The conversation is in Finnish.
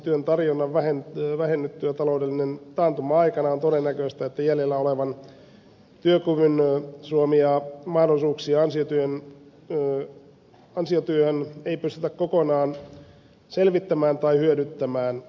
työn tarjonnan vähennyttyä taloudellisen taantuman aikana on todennäköistä ettei jäljellä olevan työkyvyn suomia mahdollisuuksia ansiotyöhön pystytä kokonaan selvittämään tai hyödyntämään